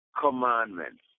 commandments